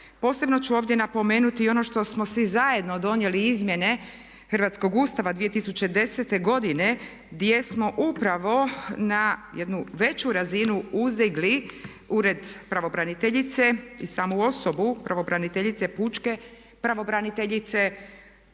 Posebno ću ovdje napomenuti i ono što smo svi zajedno donijeli izmjene hrvatskog Ustava 2010. godine gdje smo upravo na jednu veću razinu uzdigli Ured pravobraniteljice i samu osobu pravobraniteljice, pučke pravobraniteljice sa